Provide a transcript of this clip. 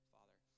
Father